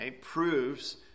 proves